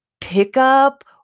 pickup